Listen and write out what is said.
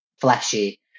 fleshy